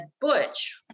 butch